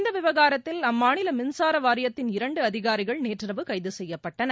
இந்த விவகாரத்தில் அம்மாநில மின்சார வாரியத்தின் இரண்டு அதிகாரிகள் நேற்றிரவு கைது செய்யப்பட்டனர்